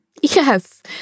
Yes